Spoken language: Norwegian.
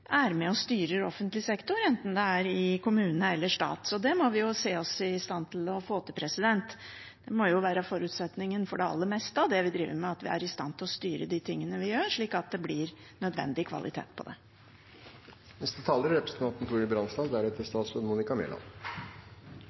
er med og styrer offentlig sektor, enten det er i kommune eller stat. Det må vi jo se oss i stand til å få til. Det må være forutsetningen for det aller meste av det vi driver med, at vi er i stand til å styre de tingene vi gjør, slik at det blir nødvendig kvalitet på det.